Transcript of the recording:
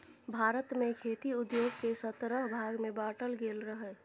भारत मे खेती उद्योग केँ सतरह भाग मे बाँटल गेल रहय